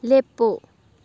ꯂꯦꯞꯄꯨ